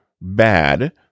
Bad